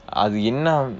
அது என்ன:athu enna